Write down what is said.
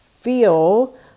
feel